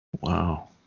Wow